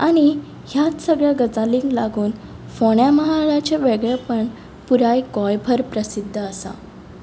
आनी ह्याच सगळ्या गजालींक लागून फोंड्या म्हालाचें वेगळेपण पुराय गोंयभर प्रसिद्द आसा